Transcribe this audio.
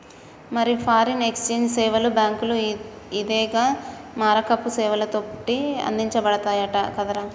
మరి foreign exchange సేవలు బాంకులు, ఇదిగే మారకపు సేవలతోటి అందించబడతయంట కదరా